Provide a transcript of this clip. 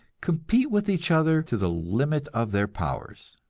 compete with each other to the limit of their powers.